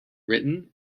written